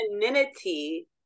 Femininity